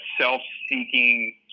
self-seeking